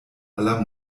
aller